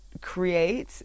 create